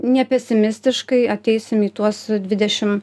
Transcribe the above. nepesimistiškai ateisim į tuos dvidešim